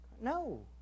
No